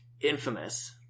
Infamous